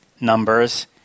numbers